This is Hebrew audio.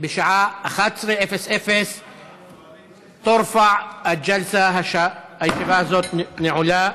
בשעה 11:00. (אומר בערבית ומתרגם:) הישיבה הזאת נעולה.